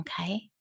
okay